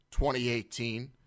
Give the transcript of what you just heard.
2018